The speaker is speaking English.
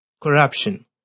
corruption